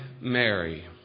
Mary